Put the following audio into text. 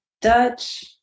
Dutch